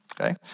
okay